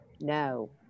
No